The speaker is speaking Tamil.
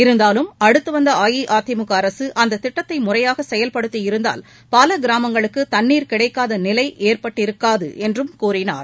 இருந்தாலும் அடுத்து வந்த அஇஅதிமுக அரசு அத்திட்டத்தை முறையாக செயல்படுத்தியிருந்தால் பல கிராமங்களுக்கு தண்ணீர் கிடைக்காத நிலை ஏற்பட்டிருக்காது என்றும் கூறினார்